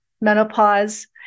menopause